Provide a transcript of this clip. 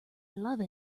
love